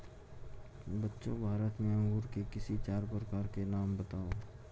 बच्चों भारत में अंगूर के किसी चार प्रकार के नाम बताओ?